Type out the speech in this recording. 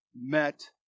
met